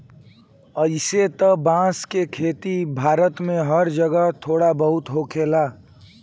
अइसे त बांस के खेती भारत में हर जगह थोड़ा बहुत होखेला